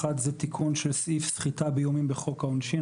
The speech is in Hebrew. אחד זה תיקון של סעיף סחיטה באיומים בחוק העונשין,